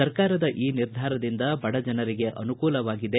ಸರ್ಕಾರದ ಈ ನಿರ್ಧಾರದಿಂದ ಬಡಜನರಿಗೆ ಅನುಕೂಲವಾಗಿದೆ